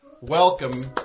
Welcome